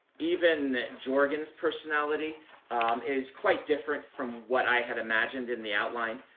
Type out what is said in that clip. even jorgen's personality is quite different from what i had imagined in the outline.